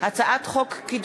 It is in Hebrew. הצעת חוק ההגבלים העסקיים (תיקון מס' 14),